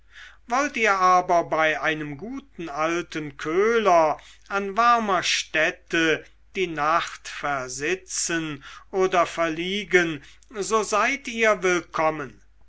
wollt ihr aber bei einem guten alten köhler an warmer stätte die nacht versitzen oder verliegen so seid ihr willkommen